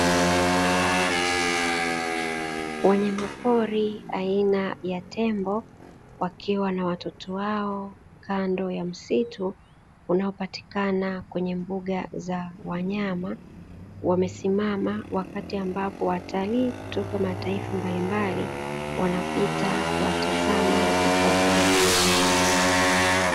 Wanyama pori aina ya tembo wakiwa na watoto wao, kando ya msitu unaopatikana kwenye mbuga ya wanyama wamesimama wakiwa na watoto wao kando ya msitu unaopatikana kwenye mbuga za wanyama wamesimama wakati ambapo watalii kutoka mataifa mbalimbali wanapita kuwatazama na kuwapiga picha.